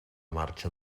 marxa